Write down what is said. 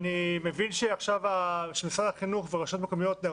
אני שמחה על השאלה משום שהרשות הראשונה שקיבלנו